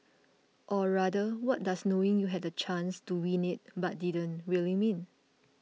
or rather what does knowing you had the chance to win it but didn't really mean